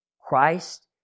Christ